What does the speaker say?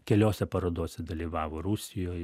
keliose parodose dalyvavo rusijoj